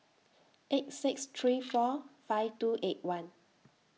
eight six three four five two eight one